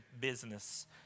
business